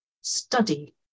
study